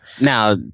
Now